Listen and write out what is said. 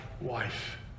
wife